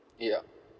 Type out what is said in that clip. yup